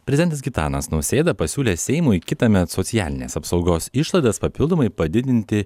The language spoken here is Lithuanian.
prezidentas gitanas nausėda pasiūlė seimui kitąmet socialinės apsaugos išlaidas papildomai padidinti